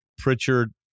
Pritchard